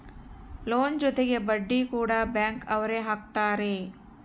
loan ಜೊತೆಗೆ ಬಡ್ಡಿ ಕೂಡ ಬ್ಯಾಂಕ್ ಅವ್ರು ಹಾಕ್ತಾರೆ